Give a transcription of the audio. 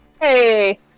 Hey